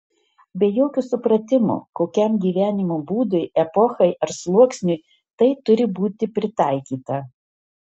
be jokio supratimo kokiam gyvenimo būdui epochai ar sluoksniui tai turi būti pritaikyta